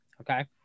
Okay